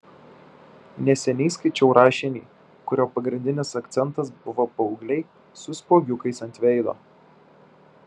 neseniai skaičiau rašinį kurio pagrindinis akcentas buvo paaugliai su spuogiukais ant veido